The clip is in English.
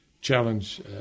challenge